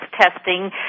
testing